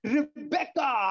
Rebecca